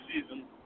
season